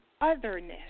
otherness